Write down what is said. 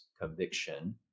conviction